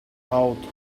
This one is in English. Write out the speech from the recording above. out